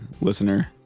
listener